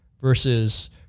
versus